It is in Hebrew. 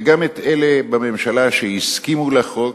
וגם את אלה בממשלה שהסכימו לחוק,